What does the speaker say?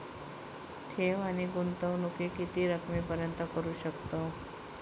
ठेव आणि गुंतवणूकी किती रकमेपर्यंत करू शकतव?